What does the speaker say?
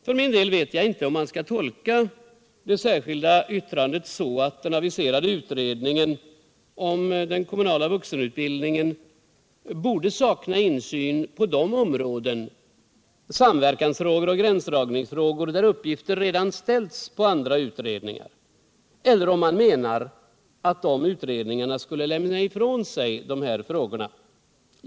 För min del vet jag inte om man skall tolka det särskilda yttrandet så, att den aviserade utredningen om den kommunala vuxenutbildningen borde sakna insyn på de områden — samverkansfrågor och gräsndragningsfrågor — där uppgifter redan ställts på andra utredningar, eller om man menar att de utredningarna skall lämna ifrån sig de här frågorna.